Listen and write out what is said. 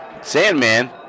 Sandman